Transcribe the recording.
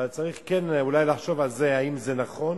אבל צריך אולי לחשוב על זה, אם זה נכון